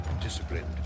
disciplined